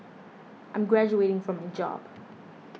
I'm graduating from my job